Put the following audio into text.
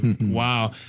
wow